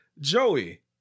Joey